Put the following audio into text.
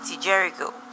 Jericho